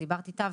את דיברת איתה,